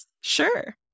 sure